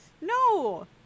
No